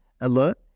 alert